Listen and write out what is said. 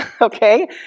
okay